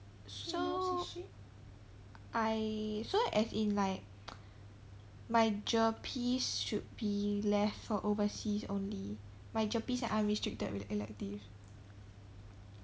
so I so as in like my GERPEs should be left for overseas only my GERPEs and unrestricted elect~ elective